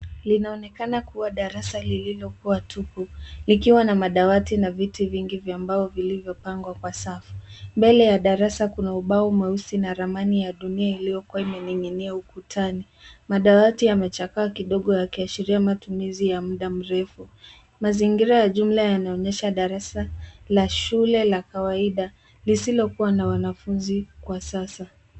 Linaonekana kuwa darasa lililo kuwa tupu, likiwa na madawati na viti vingi vya mbao vilivyopangwa kwa safu. Mbele ya darasa kuna ubao mweusi na ramani ya dunia iliyokua imening'inia ukutani. Madawati yamechakaa kidogo yakiashiria matumizi ya muda mrefu. Mazingira ya jumla yanaonyesha darasa la shule la kawaida, lisilo kuwa na wanafunzi kwa sasa.